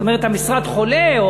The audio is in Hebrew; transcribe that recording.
זאת אומרת, המשרד חולה.